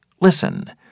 Listen